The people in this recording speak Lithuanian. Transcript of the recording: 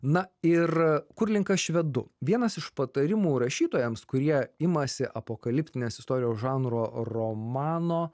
na ir kurlink aš vedu vienas iš patarimų rašytojams kurie imasi apokaliptinės istorijos žanro romano